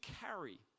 carry